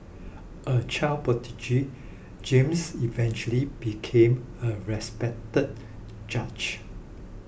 a child prodigy James eventually became a respected judge